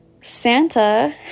Santa